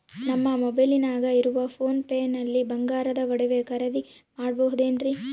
ನಮ್ಮ ಮೊಬೈಲಿನಾಗ ಇರುವ ಪೋನ್ ಪೇ ನಲ್ಲಿ ಬಂಗಾರದ ಒಡವೆ ಖರೇದಿ ಮಾಡಬಹುದೇನ್ರಿ?